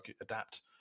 adapt